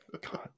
God